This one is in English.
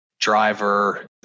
driver